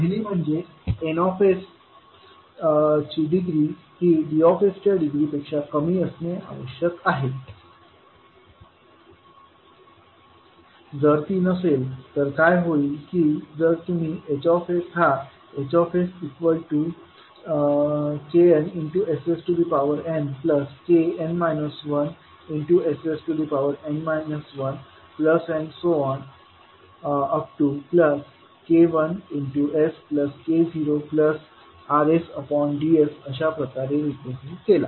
पहिली म्हणजे N ची डिग्री ही Dच्या डिग्री पेक्षा कमी असणे आवश्यक आहे जर ती नसेल तर काय होईल की जर तुम्ही Hs हा Hsknsnkn 1sn 1k1sk0RsDs अशाप्रकारे रीप्रेझेंट केला